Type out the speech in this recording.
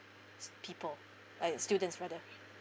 s~ people uh students rather